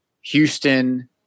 Houston